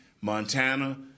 Montana